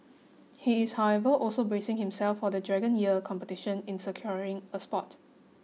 he is however also bracing himself for the Dragon Year Competition in securing a spot